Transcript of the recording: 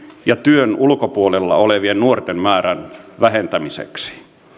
ja työn ulkopuolella olevien nuorten määrän vähentämiseksi